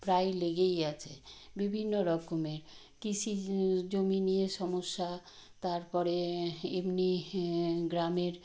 প্রায় লেগেই আছে বিভিন্ন রকমের কৃষি জমি নিয়ে সমস্যা তারপরে এমনই গ্রামের